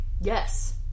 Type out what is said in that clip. Yes